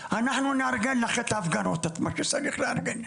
אנחנו נארגן לך את ההפגנות ואת מה שצריך לארגן,